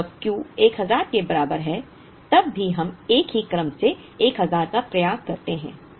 अब जब Q 1000 के बराबर है तब भी हम एक ही क्रम में 1000 का प्रयास करते हैं